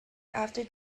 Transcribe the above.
after